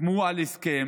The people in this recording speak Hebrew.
חתמו על הסכם.